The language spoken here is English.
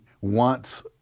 wants